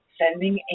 sending